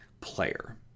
player